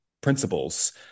principles